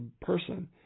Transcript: person